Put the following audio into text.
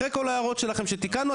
אחרי כל ההערות שלכם שתיקנו,